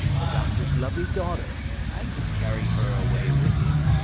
the doctor's lovely daughter, and to carry her away with him